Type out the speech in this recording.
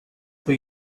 for